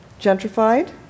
gentrified